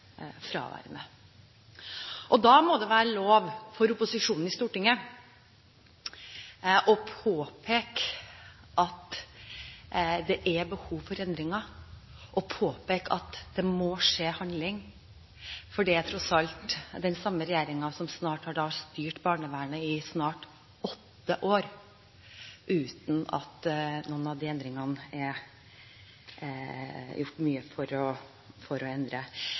Da må det være lov for opposisjonen i Stortinget å påpeke at det er behov for endringer, og at man må handle, for det er tross alt den samme regjeringen som har styrt barnevernet i snart åtte år, uten at det er gjort mye for å endre forholdene. Høyre lover at vi skal være veldig konstruktive, men vi lover også at vi kommer til å